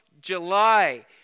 July